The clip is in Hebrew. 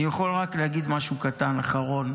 אני יכול רק להגיד משהו קטן אחרון.